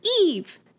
Eve